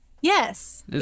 Yes